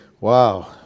Wow